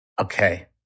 Okay